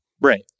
Right